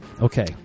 Okay